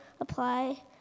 apply